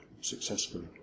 successfully